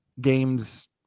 games